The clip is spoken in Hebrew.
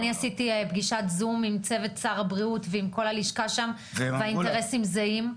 אני עשיתי פגישת זום עם צוות שר הבריאות וכל הלשכה שם והאינטרסים זהים.